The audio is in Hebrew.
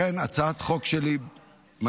לכן הצעת החוק שלי מציעה